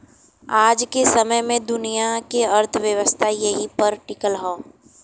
आज के समय मे दुनिया के अर्थव्यवस्था एही पर टीकल हौ